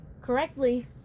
correctly